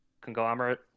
conglomerate